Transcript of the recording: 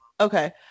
okay